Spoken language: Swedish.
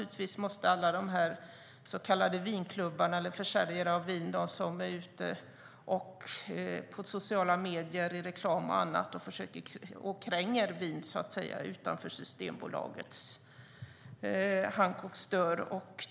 Rimligtvis måste det gälla även alla så kallade vinklubbar och försäljare av vin som finns på sociala medier, i reklam med mera och kränger vin utanför Systembolagets hank och stör.